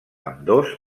ambdós